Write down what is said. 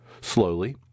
Slowly